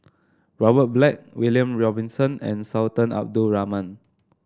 Robert Black William Robinson and Sultan Abdul Rahman